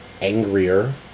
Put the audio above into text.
angrier